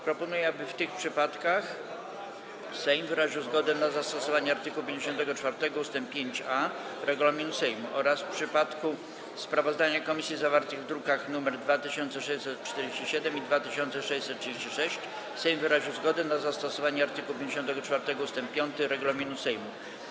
Proponuję, aby w tych przypadkach Sejm wyraził zgodę na zastosowanie art. 54 ust. 5a regulaminu Sejmu oraz w przypadku sprawozdań komisji zawartych w drukach nr 2647 i 2636 Sejm wyraził zgodę na zastosowanie art. 54 ust. 5 regulaminu Sejmu.